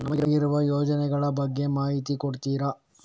ನಮಗಿರುವ ಯೋಜನೆಗಳ ಬಗ್ಗೆ ಮಾಹಿತಿ ಕೊಡ್ತೀರಾ?